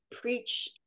preach